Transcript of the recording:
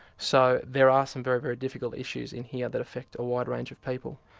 so there are some very, very difficult issues in here that affect a wide range of people.